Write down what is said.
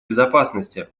безопасности